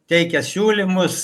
teikia siūlymus